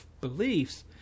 beliefs